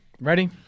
Ready